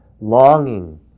longing